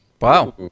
Wow